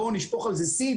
בוא נשפוך על זה סיד